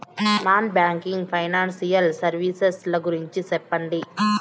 Non banking financial services ల గురించి సెప్పండి?